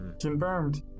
Confirmed